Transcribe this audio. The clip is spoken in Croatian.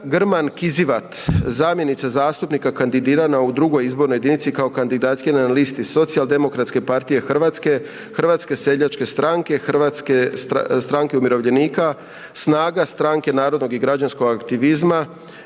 Pavić, zamjenik zastupnika kandidiran u 3. izbornoj jedinici kao kandidat na listi Socijaldemokratske partije, SDP, Hrvatske seljačke stranke, HSS, Hrvatske stranke umirovljenika, HSU, SNAGA, Stranke narodnog i građanskog aktivizma,